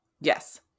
Yes